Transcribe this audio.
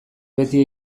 beti